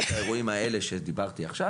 יש האירועים האלה שדיברתי עליהם עכשיו,